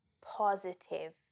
positive